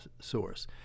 source